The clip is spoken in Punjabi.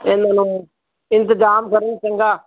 ਪਹਿਲਾਂ ਨਾਲੋ ਇੰਤਜ਼ਾਮ ਤਾਂ ਨਹੀਂ ਚੰਗਾ